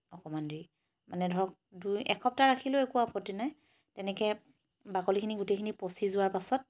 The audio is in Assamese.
অকমান দেৰি মানে ধৰ দুই এসপ্তাহ ৰাখিলেও একো আপত্তি নাই তেনেকে বাকলিখিনি গোটেইখিনি পচি যোৱা পাছত